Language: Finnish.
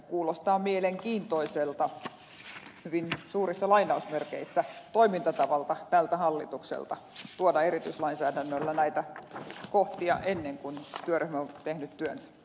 kuulostaa hyvin suurissa lainausmerkeissä sanottuna mielenkiintoiselta toimintatavalta tältä hallitukselta tuoda erityislainsäädännöllä näitä kohtia ennen kuin työryhmä on tehnyt työnsä